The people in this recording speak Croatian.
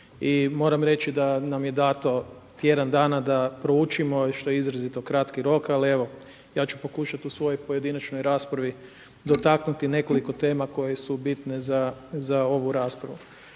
moram reći da nam je dato tjedan dana da poručimo što je izrazito kratki rok, ali evo, ja ću pokušati u svojoj pojedinačnoj raspravi, dotaknuti nekoliko tema koje su bitne za ovu raspravu.